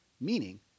meaning